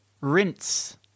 rinse